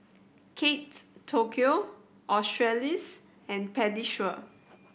Kate Tokyo Australis and Pediasure